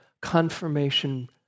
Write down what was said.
confirmation